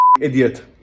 idiot